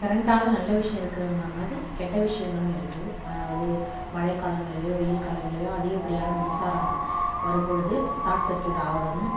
கரண்டால நல்ல விஷயம் இருக்குதுங்கிற மாதிரி கெட்ட விஷயங்களும் இருக்குது அதாவது மழை காலங்களில் வெயில் காலங்களில் அதிக படியான மின்சாரம் வரும் பொழுது சார்ட்சர்கியூட் ஆகுறதும்